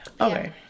Okay